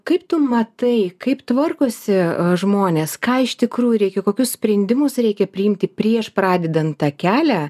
kaip tu matai kaip tvarkosi a žmonės ką iš tikrųjų reikia kokius sprendimus reikia priimti prieš pradedant tą kelią